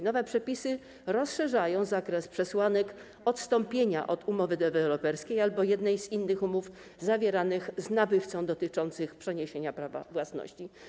Nowe przepisy rozszerzają zakres przesłanek odstąpienia od umowy deweloperskiej albo jednej z innych zawieranych z nabywcą umów dotyczących przeniesienia prawa własności.